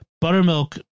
buttermilk